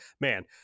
man